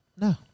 No